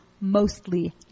mostly